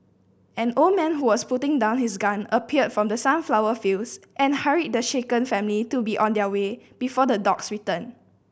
an old man who was putting down his gun appeared from the sunflower fields and hurried the shaken family to be on their way before the dogs return